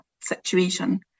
situation